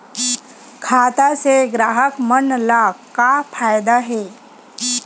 खाता से ग्राहक मन ला का फ़ायदा हे?